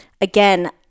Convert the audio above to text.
again